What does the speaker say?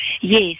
Yes